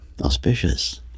auspicious